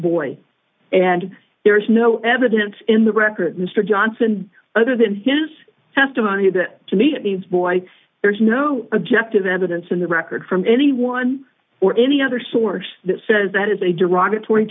boy and there is no evidence in the record mr johnson other than his testimony that to me means boy there is no objective evidence in the record from anyone or any other source that says that is a derogatory